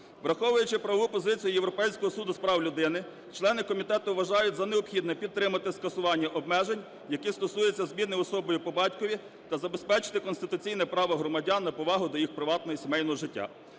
Враховуючи правову позицію Європейського Суду з прав людини, члени комітету вважають за необхідне підтримати скасування обмежень, які стосуються зміни особою по батькові та забезпечити конституційне право громадян на повагу до їх приватного і сімейного життя.